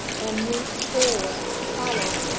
and moved forward to follow.